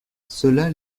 cela